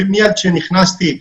מיד עם כניסתי,